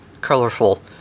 colorful